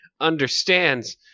understands